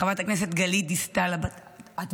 חברת הכנסת גלית דיסטל אטבריאן,